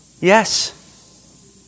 Yes